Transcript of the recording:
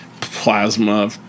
plasma